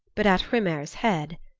but at hrymer's head.